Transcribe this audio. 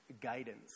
guidance